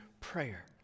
prayer